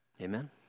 Amen